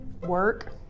work